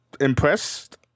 Impressed